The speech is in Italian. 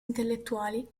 intellettuali